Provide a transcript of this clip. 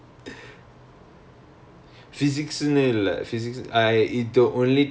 oh so like physics னு இல்லையா:nu illaiyaa there's no